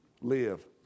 live